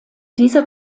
dieser